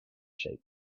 shape